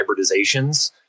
hybridizations